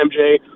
MJ